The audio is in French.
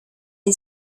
est